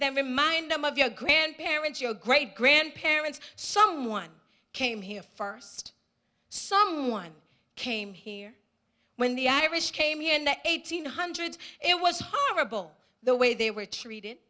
then remind them of your grandparents your great grandparents someone came here first someone came here when the irish came here in the eighteen hundreds it was horrible the way they were treated